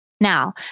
Now